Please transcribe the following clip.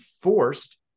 forced